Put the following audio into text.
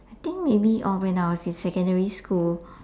I think maybe oh when I was in secondary school